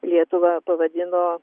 lietuvą pavadino